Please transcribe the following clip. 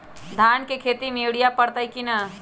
धान के खेती में यूरिया परतइ कि न?